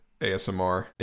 ASMR